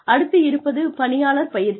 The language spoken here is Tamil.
அடுத்து இருப்பது பணியாளர் பயிற்சி